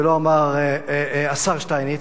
ולא אמר השר שטייניץ.